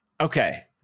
Okay